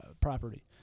property